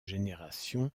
génération